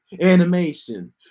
animation